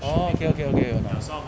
orh okay okay okay okay [one] ah